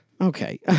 Okay